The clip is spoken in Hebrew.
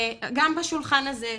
גם בשולחן הזה,